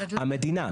המדינה,